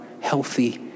healthy